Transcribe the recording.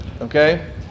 okay